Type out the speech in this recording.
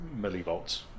millivolts